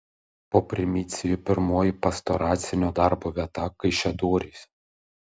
po primicijų pirmoji pastoracinio darbo vieta kaišiadorys